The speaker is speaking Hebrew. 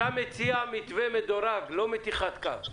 אתה מציע מתווה מדורג, ולא מתיחת קו?